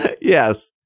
Yes